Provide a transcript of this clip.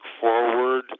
forward